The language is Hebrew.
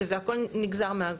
שזה הכול נגזר מהאגרות.